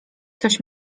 coś